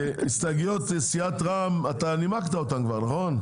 הסתייגויות סיעת רע"מ, אתה לימדת אותם כבר, נכון?